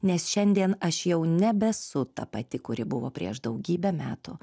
nes šiandien aš jau nebesu ta pati kuri buvo prieš daugybę metų